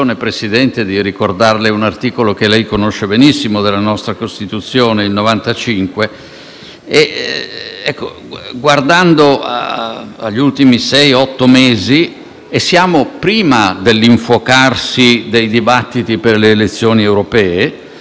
guardando agli ultimi sei-otto mesi - e siamo ancora prima dell'infuocarsi dei dibattiti per le elezioni europee - la politica estera dell'Italia e quella europea sono state teatro del trionfo dell'incompetenza.